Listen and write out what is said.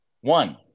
one